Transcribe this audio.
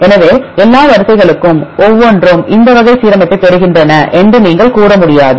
எனவே எல்லா வரிசைகளுக்கும் ஒவ்வொன்றும் இந்த வகை சீரமைப்பைப் பெறுகின்றன என்று நீங்கள் கூற முடியாது